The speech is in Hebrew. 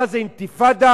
מה זה, אינתיפאדה